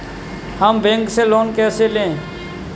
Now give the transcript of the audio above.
हम बैंक से लोन कैसे लें?